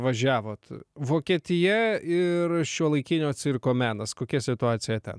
važiavot vokietija ir šiuolaikinio cirko menas kokia situacija ten